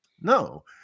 No